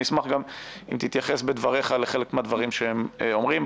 אני אשמח גם אם תתייחס בדבריך לחלק מהדברים שהם אומרים.